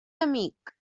amic